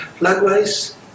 Likewise